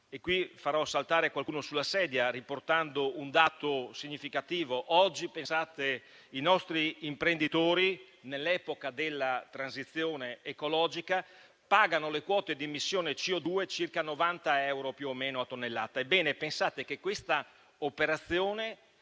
e qui farò saltare qualcuno sulla sedia riportando un dato significativo. Oggi i nostri imprenditori, nell'epoca della transizione ecologica, pagano le quote di emissione di CO2 circa 90 euro a tonnellata. Ebbene, pensate che l'operazione